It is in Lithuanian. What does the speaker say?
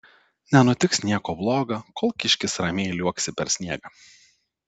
nenutiks nieko bloga kol kiškis ramiai liuoksi per sniegą